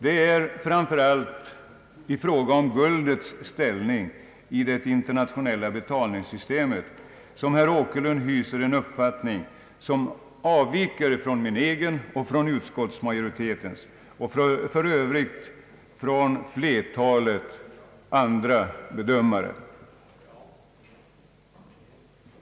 Det är framför allt i fråga om guldets ställning i det internationella betalningssystemet som herr Åkerlund hyser en uppfattning som avviker från min egen, från utskottsmajoritetens och för övrigt från flertalet andra bedömares.